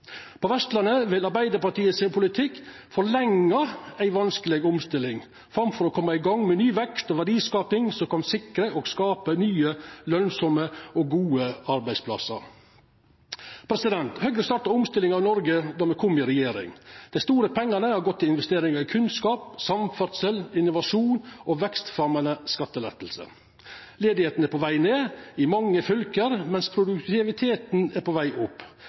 På Vestlandet vil Arbeidarpartiets politikk forlengja ei vanskeleg omstilling framfor å koma i gang med ny vekst og verdiskaping som kan sikra og skapa nye lønsame og gode arbeidsplassar. Høgre starta omstillinga av Noreg då dei kom i regjering. Dei store pengane har gått til investering i kunnskap, samferdsel, innovasjon og vekstfremjande skattelette. Arbeidsløysa er på veg ned i mange fylke, mens produktiviteten er på veg opp.